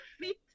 fit